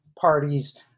parties